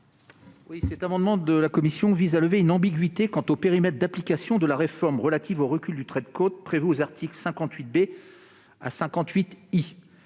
Cet amendement vise à lever une ambiguïté quant au périmètre d'application de la réforme relative au recul du trait de côte prévue aux articles 58 B à 58 I.